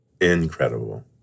Incredible